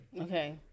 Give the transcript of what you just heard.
Okay